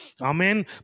Amen